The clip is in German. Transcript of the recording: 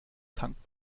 tankt